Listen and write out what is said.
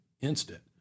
instant